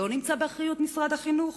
לא נמצאת באחריות משרד החינוך?